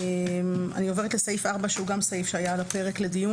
אני עוברת לסעיף 4 שגם הוא היה על הפרק לדיון.